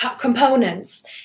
components